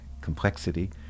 complexity